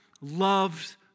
loved